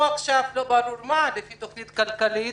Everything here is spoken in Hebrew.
עכשיו לא-ברור-מה לפי תוכנית כלכלית,